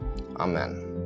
Amen